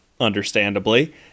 understandably